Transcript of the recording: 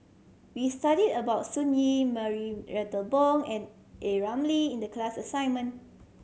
we studied about Yee Marie Bong and A Ramli in the class assignment